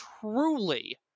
truly